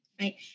right